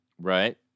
Right